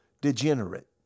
degenerate